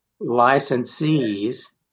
licensees